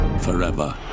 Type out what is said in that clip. Forever